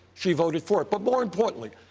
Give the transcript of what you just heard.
she voted for it. but more importantly,